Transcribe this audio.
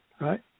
right